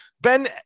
Ben